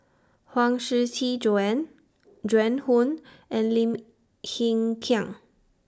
Huang Shiqi Joan Joan Hon and Lim Hng Kiang